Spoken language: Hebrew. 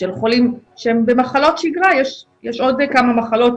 של חולים שהם במחלות שיגרה, יש עוד כמה מחלות